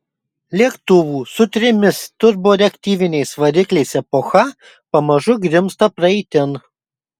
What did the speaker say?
lėktuvų su trimis turboreaktyviniais varikliais epocha pamažu grimzta praeitin